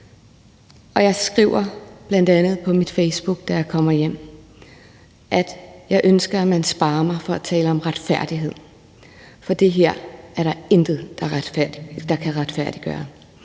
jeg skriver bl.a. på Facebook, da jeg kommer hjem, at jeg ønsker, at man sparer mig for at tale om retfærdighed, for det her er der intet, der kan retfærdiggøre: